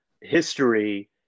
history